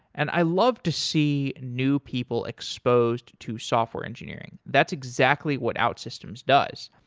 and i love to see new people exposed to software engineering. that's exactly what outsystems does.